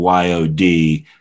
YOD